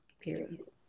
Period